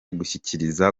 gushyikiriza